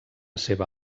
seva